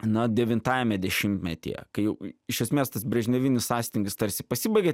na devintajame dešimtmetyje kai jau iš esmės tas brežnevinis sąstingis tarsi pasibaigė